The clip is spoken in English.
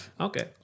Okay